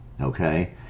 Okay